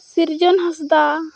ᱥᱤᱨᱡᱚᱱ ᱦᱟᱸᱥᱫᱟ